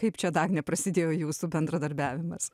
kaip čia dagne prasidėjo jūsų bendradarbiavimas